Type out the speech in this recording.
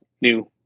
new